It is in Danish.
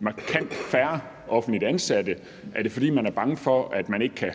markant færre offentligt ansatte? Er det, fordi man er bange for, at man ikke,